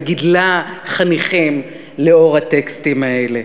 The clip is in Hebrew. וגידלה חניכים לאור הטקסטים האלה.